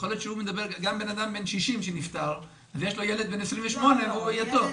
גם אדם בן 60 שנפטר ויש לו ילד בן 28, הוא יתום.